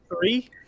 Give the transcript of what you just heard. three